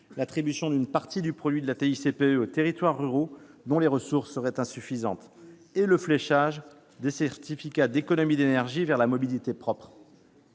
l'attribution d'une partie du produit de la TICPE aux territoires ruraux dont les ressources seraient insuffisantes ; le fléchage des certificats d'économies d'énergie vers la mobilité propre.